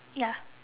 ya